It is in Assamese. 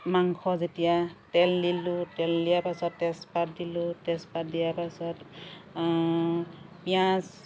মাংস যেতিয়া তেল দিলোঁ তেল দিয়াৰ পাছতে তেজপাত দিলোঁ তেজপাত দিয়াৰ পাছত পিঁয়াজ